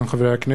לקריאה ראשונה,